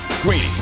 Greeny